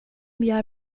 gör